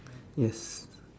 yes